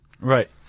Right